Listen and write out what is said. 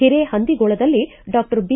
ಒರೇಹಂದಿಗೋಳದಲ್ಲಿ doctor B